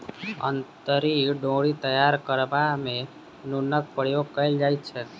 अंतरी डोरी तैयार करबा मे नूनक प्रयोग कयल जाइत छै